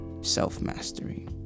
self-mastery